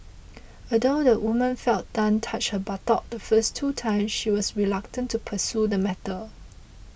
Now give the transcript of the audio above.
although the woman felt Tan touch her buttock the first two times she was reluctant to pursue the matter